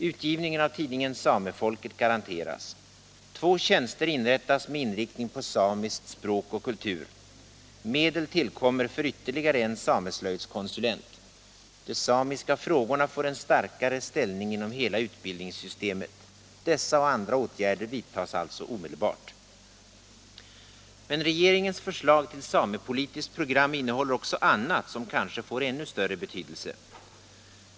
Utgivningen av tidningen Samefolket garanteras. Två tjänster inrättas med inriktning på samiskt språk och kultur. Medel tillkommer för ytterligare en sameslöjdskonsulent. De samiska frågorna får en starkare ställning inom hela utbildningssystemet. Dessa och andra åtgärder vidtas alltså omedelbart. Men regeringens förslag till samepolitiskt program innehåller också annat som kanske får ännu större betydelse.